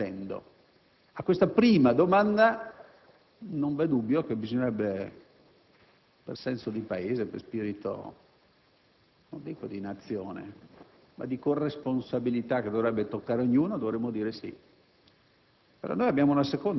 ingigantendo. A questa prima domanda non v'è dubbio che bisognerebbe, per senso di Paese, per spirito non dico di Nazione, ma di corresponsabilità che dovrebbe toccare ognuno, rispondere di